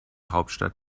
hauptstadt